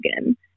again